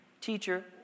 Teacher